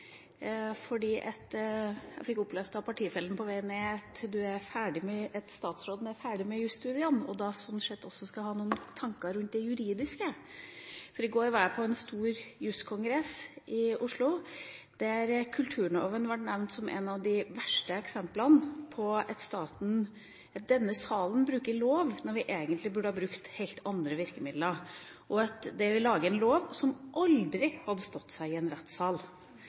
jeg fikk opplyst av en partifelle på vei ned at statsråden er ferdig med jusstudiene, og da slik sett også skulle ha noen tanker rundt det juridiske. I går var jeg på en stor juskongress i Oslo der kulturloven ble nevnt som et av de verste eksemplene på at staten, denne salen, bruker lov når vi egentlig burde ha brukt helt andre virkemidler, og at vi lager en lov som aldri hadde stått seg i en rettssal.